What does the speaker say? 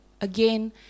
again